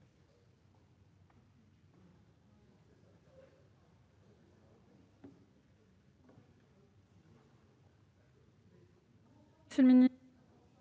monsieur le ministre,